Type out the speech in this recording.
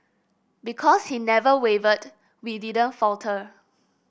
because he never wavered we didn't falter